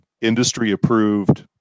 industry-approved